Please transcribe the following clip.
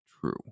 True